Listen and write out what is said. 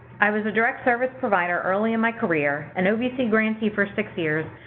i was a direct service provider early in my career, an ovc grantee for six years,